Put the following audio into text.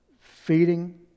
Feeding